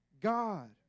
God